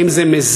האם זה מזין?